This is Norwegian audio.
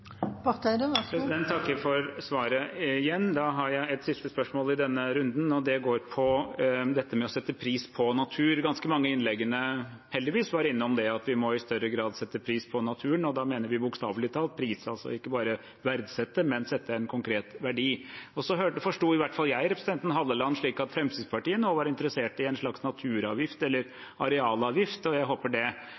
takker for svaret igjen. Da har jeg et siste spørsmål i denne runden, og det går på å sette pris på natur. Ganske mange av innleggene, heldigvis, var innom det at vi må i større grad sette pris på naturen. Da mener vi bokstavelig talt prise, ikke bare verdsette den, men sette en konkret verdi. Så forsto i hvert fall jeg representanten Halleland slik at Fremskrittspartiet nå var interessert i en slags naturavgift eller